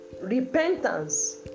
repentance